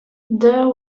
there